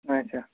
اَچھا